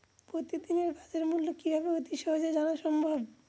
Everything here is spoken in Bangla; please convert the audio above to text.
প্রতিদিনের বাজারমূল্য কিভাবে অতি সহজেই জানা সম্ভব?